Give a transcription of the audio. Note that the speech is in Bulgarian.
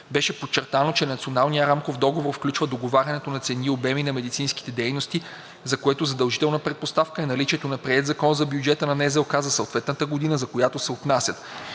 Беше подчертано, че националният рамков договор включва договарянето на цени и обеми на медицинските дейности, за което задължителна предпоставка е наличието на приет закон за бюджета на НЗОК за съответната година, за която се отнасят.